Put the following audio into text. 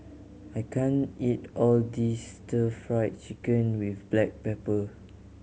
I can't eat all this Stir Fried Chicken with black pepper